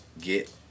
get